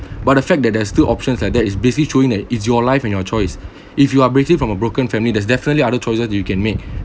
but the fact that there's still options like that is basically showing that it's your life and your choice if you are bracing from a broken family there's definitely other choices that you can make